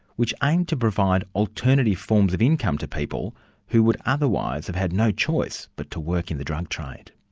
which aimed to provide alternative forms of income to people who would otherwise have had no choice but to work in the drug trade.